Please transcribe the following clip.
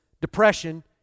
depression